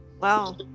wow